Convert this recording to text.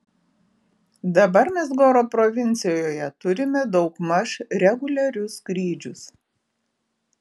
dabar mes goro provincijoje turime daugmaž reguliarius skrydžius